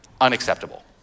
unacceptable